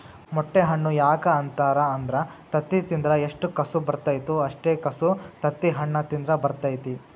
ಮೊಟ್ಟೆ ಹಣ್ಣು ಯಾಕ ಅಂತಾರ ಅಂದ್ರ ತತ್ತಿ ತಿಂದ್ರ ಎಷ್ಟು ಕಸು ಬರ್ತೈತೋ ಅಷ್ಟೇ ಕಸು ತತ್ತಿಹಣ್ಣ ತಿಂದ್ರ ಬರ್ತೈತಿ